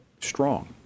Strong